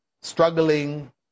struggling